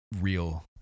real